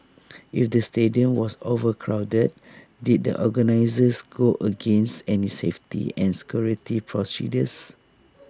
if the stadium was overcrowded did the organisers go against any safety and security procedures